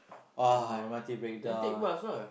!wah! M_R_T breakdown